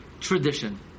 tradition